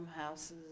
houses